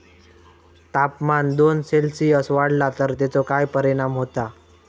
तापमान दोन सेल्सिअस वाढला तर तेचो काय परिणाम होता?